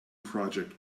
project